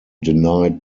denied